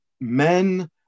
men